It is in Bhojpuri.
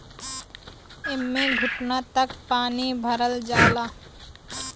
एम्मे घुटना तक पानी भरल जाला